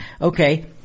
okay –